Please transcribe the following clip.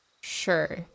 Sure